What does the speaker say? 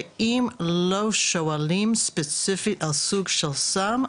שאם לא שואלים ספציפית על סוג של סם,